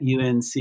UNC